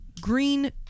Green